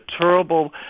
terrible